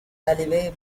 alleyway